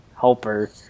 helper